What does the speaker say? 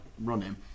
running